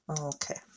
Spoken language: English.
Okay